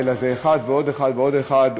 אלא זה אחד ועוד אחד ועוד אחד,